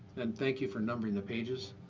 and thank you for numbering the pages,